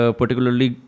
particularly